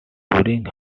during